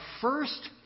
first